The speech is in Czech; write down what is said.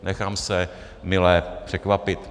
Nechám se mile překvapit.